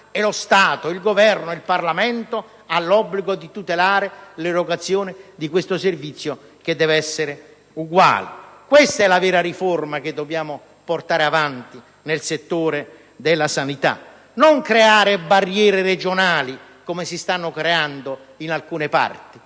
e lo Stato, il Governo e il Parlamento hanno l'obbligo di garantire l'erogazione di questo servizio, che deve essere uguale per tutti. Questa è la vera riforma che dobbiamo portare avanti nel settore della sanità, non creare barriere regionali, come sta avvenendo in alcune aree.